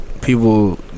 people